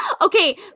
Okay